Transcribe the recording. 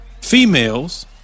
females